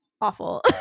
awful